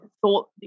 thought